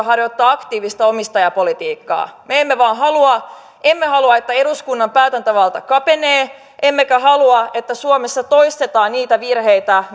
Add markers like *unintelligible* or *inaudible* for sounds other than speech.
*unintelligible* harjoittaa aktiivista omistajapolitiikkaa me vain emme halua että eduskunnan päätäntävalta kapenee emmekä halua että suomessa toistetaan niitä virheitä *unintelligible*